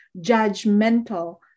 judgmental